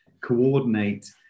coordinate